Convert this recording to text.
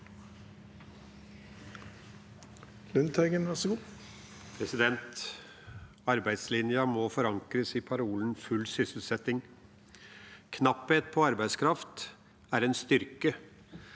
Arbeidslinja må forankres i parolen full sysselsetting. Knapphet på arbeidskraft er en styrke.